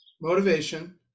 motivation